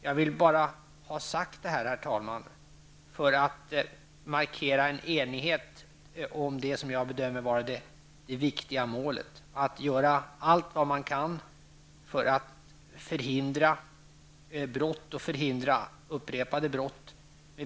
Jag vill bara ha sagt det här, herr talman, för att markera en enighet om det som jag bedömer vara det viktiga målet -- att göra allt vad man kan för att förhindra brott och upprepning av brott.